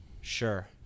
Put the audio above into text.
Sure